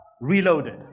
Reloaded